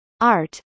art